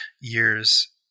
years